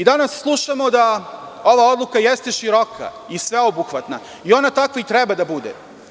Danas slušamo da ova odluka jeste široka i sveobuhvatna, i ona tako i treba da bude.